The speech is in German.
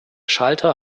schalter